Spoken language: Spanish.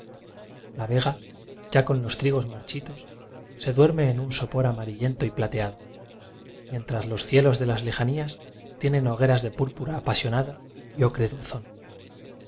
la vega ya con los trigos marchitos se duerme en un sopor amarillento y plateado ft mientras los cielos de las lejanías tienen hogueras de púrpura apasionada y